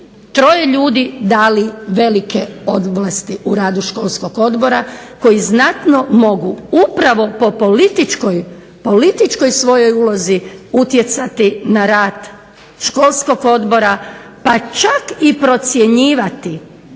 troje ljudi dali velike ovlasti u radu školskog odbora koji znatno mogu upravo po političkoj svojoj ulozi utjecati na rad školskog odbora pa čak i procjenjivati,